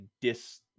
dis